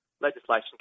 Legislation